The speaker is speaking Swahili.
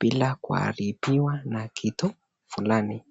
bila kuaribiwa na kitu fulani.